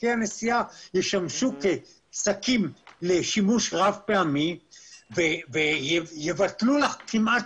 ששקי הנשיאה ישמשו כשקים לשימוש רב-פעמי ויבטלו כמעט